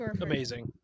Amazing